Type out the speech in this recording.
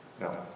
No